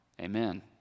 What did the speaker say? Amen